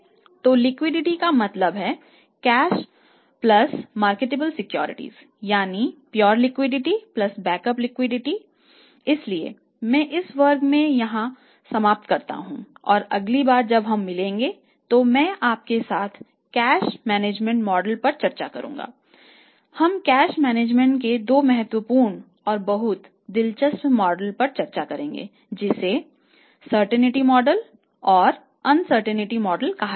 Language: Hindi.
तो लिक्विडिटीकहा जाता है